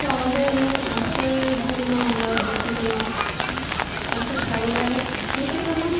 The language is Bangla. তো আমাদের আজকের ধরে না আমরা বিক্রি করলাম একটা ছাগলে বিক্রি করলাম